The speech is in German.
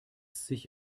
sich